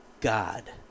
God